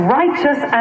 righteous